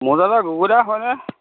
মৌজাদাৰ গগৈদা হয়নে